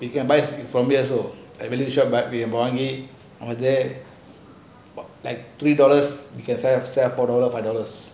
we can buy from here also like many shop only like like three dollars you can sell four dollars five dollars